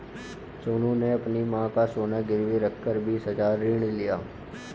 सोनू ने अपनी मां का सोना गिरवी रखकर बीस हजार ऋण लिया